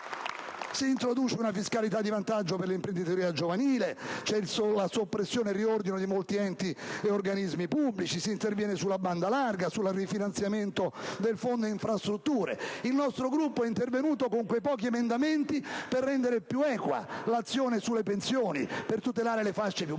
Si introduce una fiscalità di vantaggio per l'imprenditoria giovanile, si prevede la soppressione e il riordino di molti enti e organismi pubblici, si interviene sulla banda larga, sul rifinanziamento del fondo infrastrutture. Il nostro Gruppo è intervenuto con pochi emendamenti per rendere più equa l'azione sulle pensioni, per tutelare le fasce più basse,